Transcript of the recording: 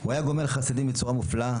הוא היה גומל חסדים בצורה מופלאה,